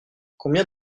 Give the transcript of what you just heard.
combien